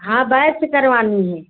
हाँ बैक्स करवाना है